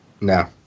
No